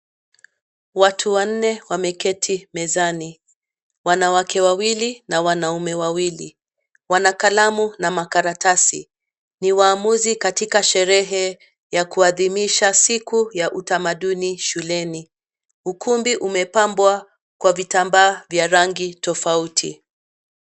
Watu wanne wameketi mezani, wanawake wawili na wanaume wawili. Wana kalamu na makaratasi, ni waamuzi katika sherehe ya kuadhimisha siku ya utamaduni shuleni. Ukumbi umepambwa kwa vitambaa vya rangi tofauti.